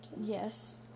Yes